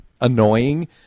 annoying